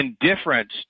indifference